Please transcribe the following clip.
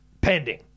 Pending